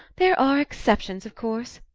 there are exceptions, of course.